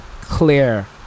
clear